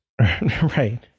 Right